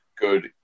good